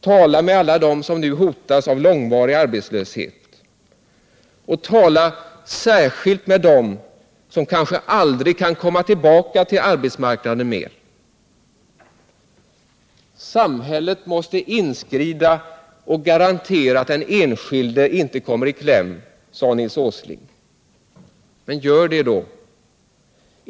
Tala med dem som nu hotas av långvarig arbetslöshet! Och tala särskilt med dem som kanske aldrig mer kan komma tillbaka till arbetsmarknaden! Samhället måste inskrida och garantera att den enskilde inte kommer i kläm, sade Nils Åsling. Men gör det då!